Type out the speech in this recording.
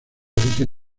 origen